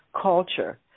culture